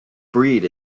breed